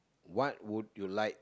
what would you like